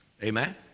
Amen